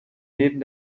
neben